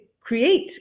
create